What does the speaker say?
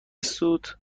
سوت